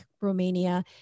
Romania